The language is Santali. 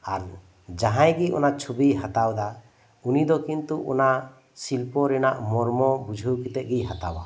ᱟᱨ ᱡᱟᱦᱟᱸᱭ ᱜᱮ ᱚᱱᱟ ᱪᱷᱚᱵᱤᱭ ᱦᱟᱛᱟᱣ ᱫᱟ ᱩᱱᱤ ᱫᱚ ᱠᱤᱱᱛᱩ ᱚᱱᱟ ᱥᱤᱞᱯᱚ ᱨᱮᱱᱟᱜ ᱢᱚᱨᱢᱚ ᱵᱩᱡᱷᱟᱹᱣ ᱠᱟᱛᱮᱫ ᱜᱮᱭ ᱦᱟᱛᱟᱣᱟ